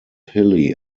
hilly